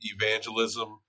evangelism